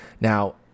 Now